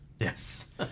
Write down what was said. Yes